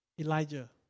Elijah